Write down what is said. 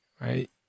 right